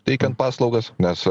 teikiant paslaugas nes